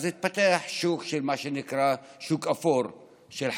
התפתח מה שנקרא "שוק אפור" של חתונות.